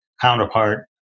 counterpart